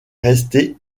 restée